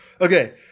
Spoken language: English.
Okay